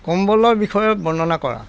কম্বলৰ বিষয়ে বৰ্ণনা কৰা